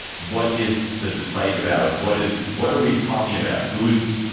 what is that to fight about? what is. what are we talking about? who is.